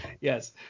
Yes